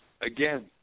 again